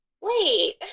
wait